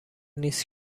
نیست